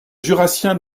jurassien